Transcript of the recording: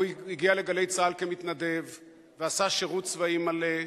הוא הגיע ל"גלי צה"ל" כמתנדב ועשה שירות צבאי מלא,